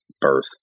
birth